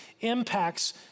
impacts